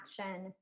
action